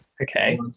Okay